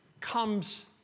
comes